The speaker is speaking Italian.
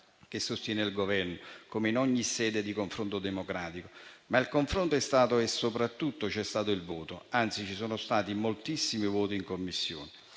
che sostiene il Governo, come in ogni sede di confronto democratico. Il confronto c'è stato e soprattutto c'è stato il voto; anzi, ci sono stati moltissimi voti in Commissione.